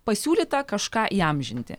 pasiūlyta kažką įamžinti